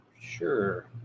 Sure